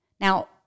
Now